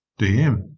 DM